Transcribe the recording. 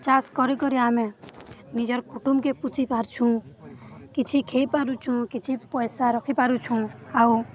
ଚାଷ୍ କରି କରି ଆମେ ନିଜର କୁଟୁମ୍ବକେ ପୁଷି ପାରୁଛୁଁ କିଛି ଖାଇ ପାରୁଛୁଁ କିଛି ପଇସା ରଖିପାରୁଛୁଁ ଆଉ